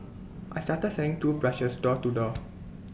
I started selling toothbrushes door to door